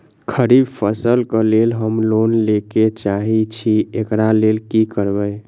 खरीफ फसल केँ लेल हम लोन लैके चाहै छी एकरा लेल की करबै?